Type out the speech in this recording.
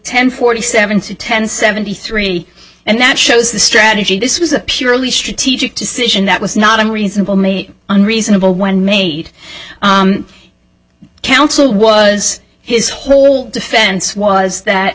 ten forty seven to ten seventy three and that shows the strategy this was a purely strategic decision that was not unreasonable made on reasonable when made counsel was his whole defense was that